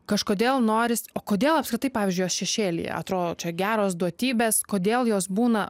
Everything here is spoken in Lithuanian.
kažkodėl norisi o kodėl apskritai pavyzdžiui jos šešėlyje atrodo čia geros duotybės kodėl jos būna